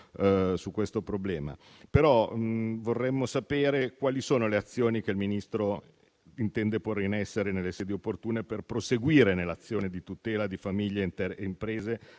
al problema. Vorremmo sapere però quali sono le azioni che il Ministro intende porre in essere nelle sedi opportune per proseguire nell'azione di tutela di famiglie e imprese